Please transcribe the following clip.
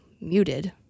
muted